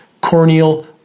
Corneal